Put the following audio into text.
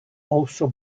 also